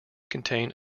contain